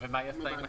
ומה היא עושה עם הכסף?